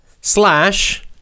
slash